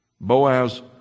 Boaz